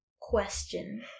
question